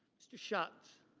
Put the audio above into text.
mr. shots.